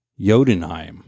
jodenheim